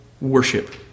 worship